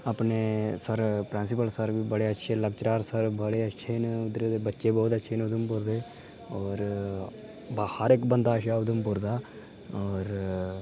अपने sir principal sir बी बड़े अच्छे लैक्चरार बड़े अच्छे न उद्धरै दे बच्चे बहुत अच्छे न उधमपुर दे और हर इक बंदा अच्छा उधमपुर दा